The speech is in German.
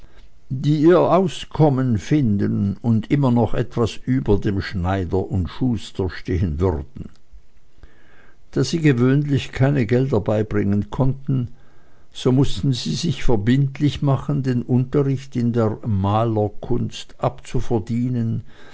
die ihr auskommen finden und immer noch etwas über dem schneider und schuster stehen würden da sie gewöhnlich keine gelder beibringen konnten so mußten sie sich verbindlich machen den unterricht in der malerkunst